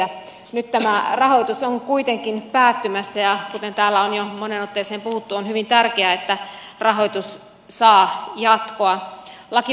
nyt tämä rahoitus on kuitenkin päättymässä ja kuten täällä on jo moneen otteeseen puhuttu on hyvin tärkeää että rahoitus saa jatkoa